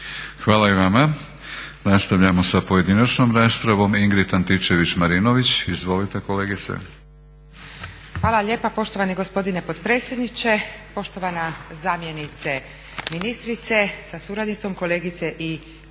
Hvala i vama. Nastavljamo sa pojedinačnom raspravom. Ingrid Antičević-Marinović, izvolite kolegice. **Antičević Marinović, Ingrid (SDP)** Hvala lijepa poštovani gospodine potpredsjedniče, poštovana zamjenice ministrice sa suradnicom, kolegice i kolege.